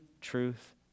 truth